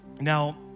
Now